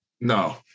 no